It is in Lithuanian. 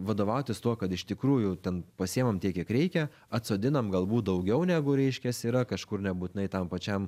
vadovautis tuo kad iš tikrųjų ten pasiėmam tiek kiek reikia atsodinam galbūt daugiau negu reiškiasi yra kažkur nebūtinai tam pačiam